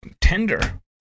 tender